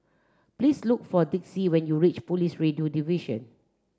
please look for Dixie when you reach Police Radio Division